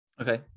Okay